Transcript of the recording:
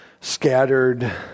scattered